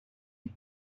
est